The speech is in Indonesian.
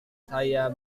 saya